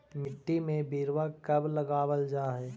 मिट्टी में बिरवा कब लगावल जा हई?